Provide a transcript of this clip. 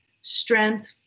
strength